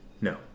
no